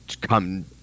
come